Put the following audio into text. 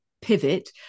pivot